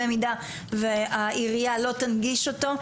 במידה והעירייה לא תנגיש אותו.